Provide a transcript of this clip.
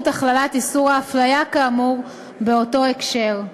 הכללת איסור ההפליה כאמור באותו הקשר.